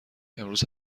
امروز